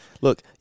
Look